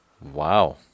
Wow